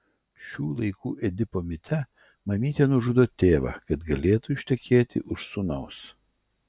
šių laikų edipo mite mamytė nužudo tėvą kad galėtų ištekėti už sūnaus